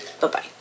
Bye-bye